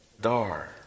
dar